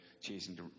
chasing